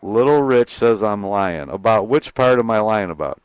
little rich says i'm lyin about which part of my line about